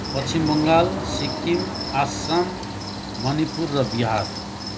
पश्चिम बङ्गाल सिक्किम आसाम मणिपुर र बिहार